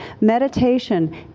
meditation